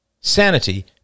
sanity